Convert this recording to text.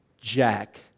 Jack